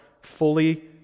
fully